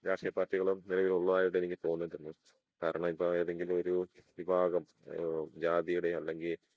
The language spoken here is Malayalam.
രാഷ്ട്രീയ പാർട്ടികളും നിലവിൽ ഉള്ളതായിട്ട് എനിക്ക് തോന്നിയിട്ടുണ്ട് കാരണം ഇപ്പം ഏതെങ്കിലു ഒരു വിഭാഗം ജാതിയുടെ അല്ലെങ്കിൽ